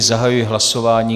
Zahajuji hlasování.